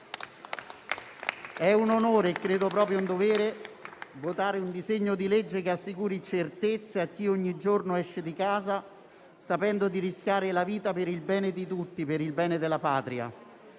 È un onore e anche proprio un dovere votare a favore di un disegno di legge che assicuri certezze a chi ogni giorno esce di casa sapendo di rischiare la vita per il bene di tutti e per il bene della patria.